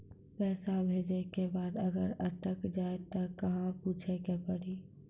पैसा भेजै के बाद अगर अटक जाए ता कहां पूछे के पड़ी?